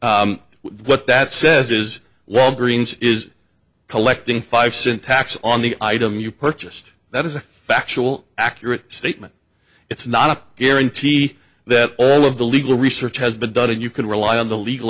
cents what that says is walgreens is collecting five cent tax on the item you purchased that is a factual accurate statement it's not a guarantee that all of the legal research has been done and you can rely on the legal